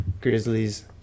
Grizzlies